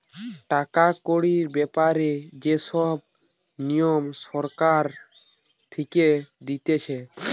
টাকা কড়ির ব্যাপারে যে সব নিয়ম সরকার থেকে দিতেছে